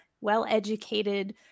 well-educated